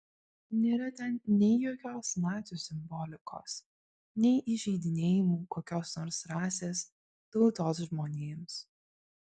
nėra ten nei jokios nacių simbolikos nei įžeidinėjimų kokios nors rasės tautos žmonėms